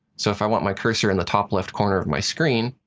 so if i want my cursor in the top-left corner of my screen,